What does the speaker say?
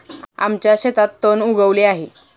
आमच्या शेतात तण उगवले आहे